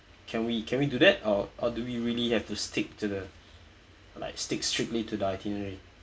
can we can we do that or or do we really have to stick to the like stick strictly to the itinerary